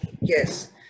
yes